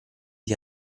gli